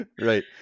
Right